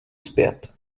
zpět